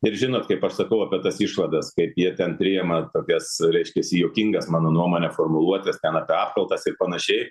ir žinot kaip aš sakau apie tas išvadas kaip jie ten priema tokias reiškiasi juokingas mano nuomone formuluotes ten apie apkaltas ir panašiai